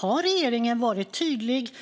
Regeringen har varit tydlig.